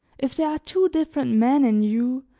if there are two different men in you,